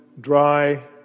dry